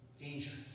dangerous